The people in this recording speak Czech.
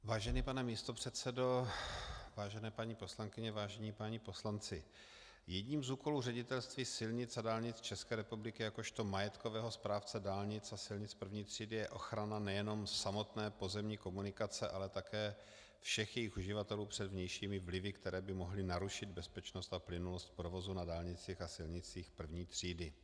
Vážený pane místopředsedo, vážené paní poslankyně, vážení páni poslanci, jedním z úkolů Ředitelství silnic a dálnic České republiky jakožto majetkového správce dálnic a silnic první třídy je ochrana nejenom samotné pozemní komunikace, ale také všech jejích uživatelů před vnějšími vlivy, které by mohly narušit bezpečnost a plynulost provozu na dálnicích a silnicích první třídy.